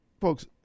Folks